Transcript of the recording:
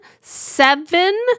seven